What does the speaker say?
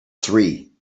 three